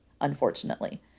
unfortunately